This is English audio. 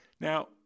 Now